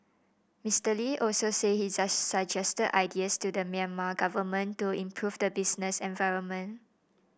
Mister Lee also said he suggested ideas to the Myanmar government to improve the business environment